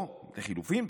או לחלופין,